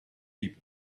heap